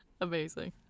amazing